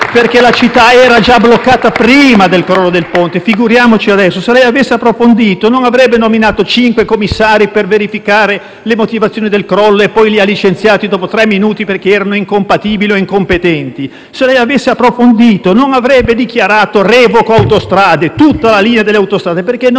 Perché la città era già bloccata prima del crollo del ponte, figuriamoci adesso! Se lei avesse approfondito, non avrebbe nominato cinque commissari per verificare le motivazioni del crollo per poi licenziarli dopo tre minuti perché erano incompatibili o incompetenti. Se lei avesse approfondito non avrebbe dichiarato che revocava la concessione ad Autostrade, su tutta la linea delle autostrade,